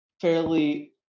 fairly